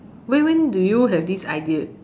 when when do you have this idea